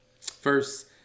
First